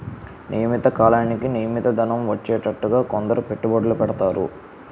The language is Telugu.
నియమిత కాలానికి నియమిత ధనం వచ్చేటట్టుగా కొందరు పెట్టుబడులు పెడతారు